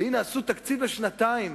והנה עשו תקציב לשנתיים.